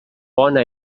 bona